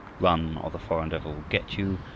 run, or the foreign devil will get you!